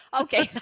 Okay